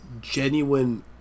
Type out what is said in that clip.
genuine